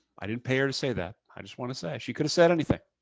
i didn't pay her to say that. i just wanna say. she could've said anything.